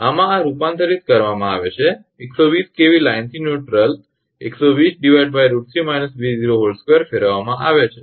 આમાં આ રૂપાંતરિત કરવામાં આવે છે 120 𝑘𝑉 લાઇનથી ન્યૂટ્રલ 120√3 − 𝑉02 ફેરવવામાં આવે છે